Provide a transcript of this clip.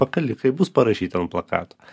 pakalikai bus parašyti ant plakato